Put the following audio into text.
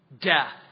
Death